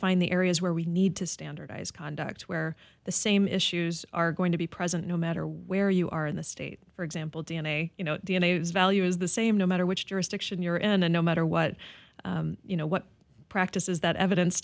find the areas where we need to standardize conduct where the same issues are going to be present no matter where you are in the state for example d n a you know d n a has value is the same no matter which jurisdiction you're n and no matter what you know what practices that evidence